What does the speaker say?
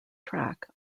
track